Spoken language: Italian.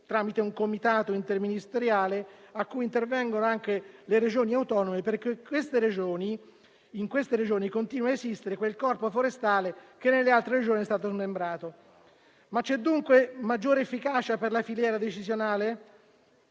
tramite un comitato interministeriale a cui intervengono anche le Regioni a Statuto speciale, perché in esse continua a esistere quel Corpo forestale che nelle altre è stato smembrato. C'è, dunque, maggiore efficacia per la filiera decisionale?